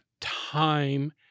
time